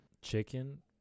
Chicken